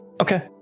Okay